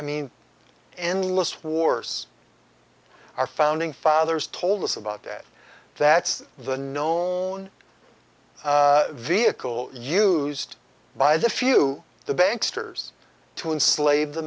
i mean endless wars our founding fathers told us about that that's the known vehicle used by the few the banks toure's to enslave the